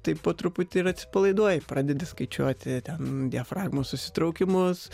taip po truputį ir atsipalaiduoji pradedi skaičiuoti ten diafragmos susitraukimus